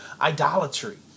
idolatry